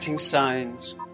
Signs